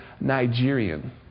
Nigerian